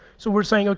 so we're saying, ok,